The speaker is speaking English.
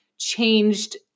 changed